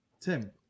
tim